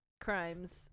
crimes